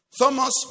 Thomas